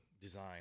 design